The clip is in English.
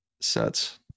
sets